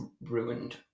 ruined